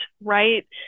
right